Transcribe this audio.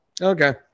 Okay